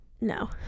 no